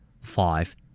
Five